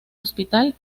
hospital